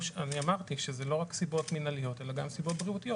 אמרתי שאלה לא רק סיבות מינהליות אלא גם סיבות בריאותיות.